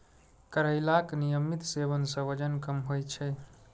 करैलाक नियमित सेवन सं वजन कम होइ छै